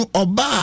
oba